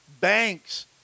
banks